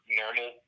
normal